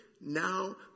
now